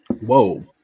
Whoa